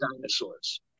dinosaurs